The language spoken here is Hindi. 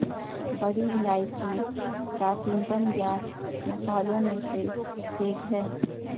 बड़ी इलायची प्राचीनतम ज्ञात मसालों में से एक है